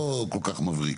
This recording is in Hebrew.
אני לא כל כך מבריק.